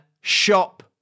shop